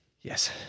Yes